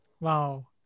Wow